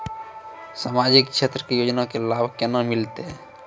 समाजिक क्षेत्र के योजना के लाभ केना मिलतै?